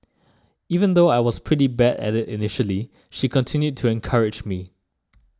even though I was pretty bad at it initially she continued to encourage me